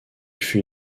fut